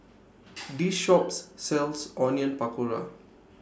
This Shop sells Onion Pakora